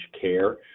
care